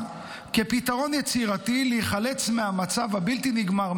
כפתרון יצירתי להיחלץ מהמצב הבלתי-נגמר,